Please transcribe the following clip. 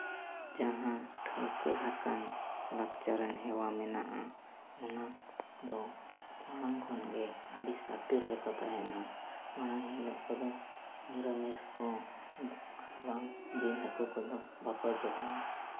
ᱡᱟᱦᱟᱸ ᱴᱷᱟᱶᱠᱟᱹ ᱟᱠᱟᱱ ᱞᱟᱠᱪᱟᱨᱟᱱ ᱦᱮᱣᱟ ᱢᱮᱱᱟᱜᱼᱟ ᱚᱱᱟ ᱫᱚ ᱢᱟᱲᱟᱝ ᱠᱷᱚᱱᱜᱮ ᱟᱹᱰᱤ ᱥᱟᱹᱛᱤᱨ ᱨᱮᱠᱚ ᱛᱟᱦᱮᱱᱟ ᱢᱟᱲᱟᱝ ᱦᱤᱞᱳᱜ ᱠᱚᱫᱚ ᱱᱤᱨᱟᱢᱤᱥ ᱠᱚ ᱟᱨ ᱵᱟᱝ ᱡᱤᱞ ᱦᱟᱹᱠᱩ ᱠᱚᱫᱚ ᱵᱟᱠᱚ ᱡᱚᱢᱟ